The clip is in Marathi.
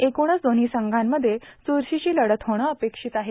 एकूणच दोन्ही संघांमध्ये च्रशीची लढत होणं अपेक्षित आहे